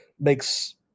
makes